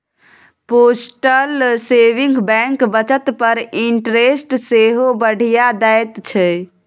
postal saving bank बचत पर interest सेहो बढ़ियाँ दैत छै